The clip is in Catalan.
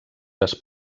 les